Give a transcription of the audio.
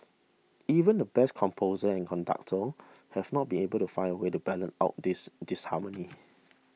even the best composers and conductors have not been able to find a way to balance out this disharmony